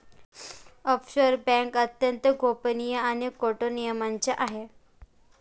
offshore बँका अत्यंत गोपनीय आणि कठोर नियमांच्या आहे